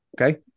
okay